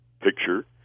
picture